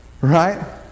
right